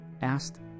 asked